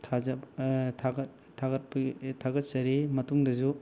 ꯊꯥꯒꯠ ꯊꯥꯒꯠꯄꯒꯤ ꯊꯥꯒꯠꯆꯔꯤ ꯃꯇꯨꯡꯗꯁꯨ